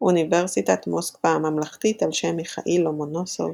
אוניברסיטת מוסקבה הממלכתית על שם מיכאיל לומונוסוב